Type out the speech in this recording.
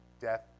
death